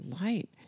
light